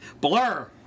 Blur